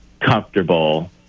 comfortable